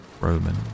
Roman